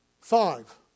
Five